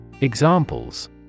Examples